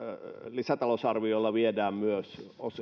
lisätalousarviolla viedään myös